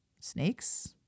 snakes